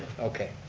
okay.